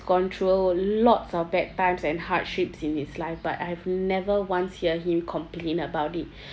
gone through lots of bad times and hardships in his life but I've never once hear him complain about it